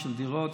על דירות,